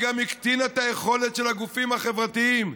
היא גם הקטינה את היכולת של הגופים החברתיים,